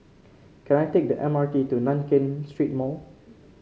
can I take the M R T to Nankin Street Mall